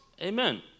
Amen